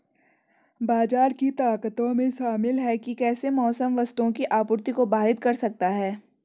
बाजार की ताकतों में शामिल हैं कि कैसे मौसम वस्तुओं की आपूर्ति को बाधित कर सकता है